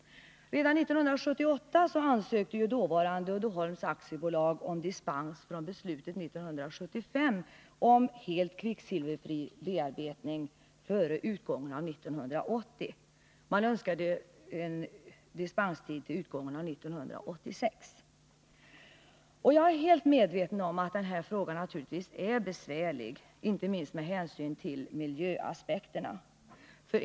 Redan 1978 ansökte dåvarande Uddeholms AB om dispens från beslutet 1975 om helt kvicksilverfri bearbetning före utgången av 1980. Man önskade en dispenstid till utgången av 1986. Jag är helt medveten om att den här frågan naturligtvis är besvärlig, inte minst med hänsyn till miljöaspekterna.